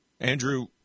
Andrew